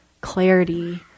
clarity